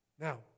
Now